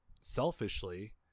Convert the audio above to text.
selfishly